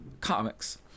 comics